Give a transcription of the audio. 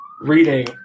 reading